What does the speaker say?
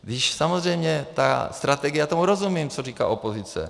Když samozřejmě ta strategie, já tomu rozumím, co říká opozice.